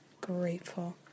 grateful